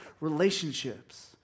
relationships